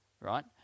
right